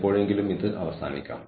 തൊഴിൽ പങ്കാളിത്തവും ഇടപഴകലും